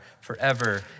forever